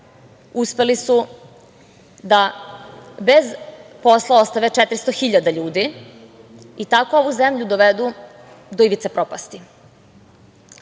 uspeli su da bez posla ostave 400 hiljada ljudi i tako ovu zemlju dovedu do ivice propasti.